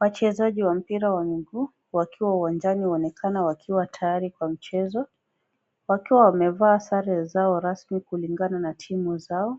Wachezaji wa mpira wa miguu wakiwa uwanjani wanaonekana wakiwa tayari kwa mchezo. Wakiwa wamevaa sare zao rasmi kulingana na timu zao.